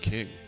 King